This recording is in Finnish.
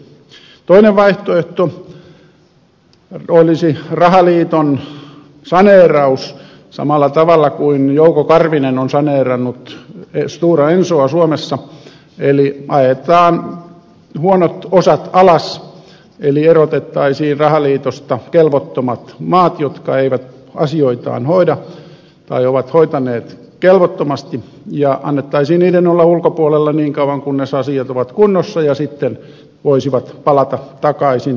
toinen vaihtoehto olisi rahaliiton saneeraus samalla tavalla kuin jouko karvinen on saneerannut stora ensoa suomessa eli ajettaisiin huonot osat alas eli erotettaisiin rahaliitosta kelvottomat maat jotka eivät asioitaan hoida tai ovat hoitaneet kelvottomasti ja annettaisiin niiden olla ulkopuolella niin kauan kunnes asiat ovat kunnossa ja sitten ne voisivat palata takaisin täysivaltaisina jäseninä